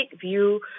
view